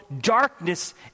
darkness